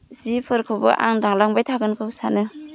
जि फोरखौबो आं दालांबाय थागोनखौ सानो